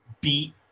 beat